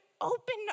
open